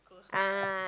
ah